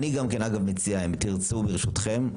אני אגב גם מציע אם תרצו ברשותכם,